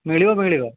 ମିଳିବ ମିଳିବ